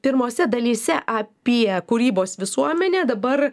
pirmose dalyse apie kūrybos visuomenę dabar